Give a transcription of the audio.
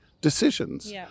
decisions